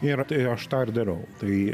ir tai aš tą darau tai